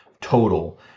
total